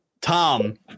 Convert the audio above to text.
Tom